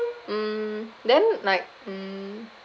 mm then like mm